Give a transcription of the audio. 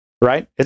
right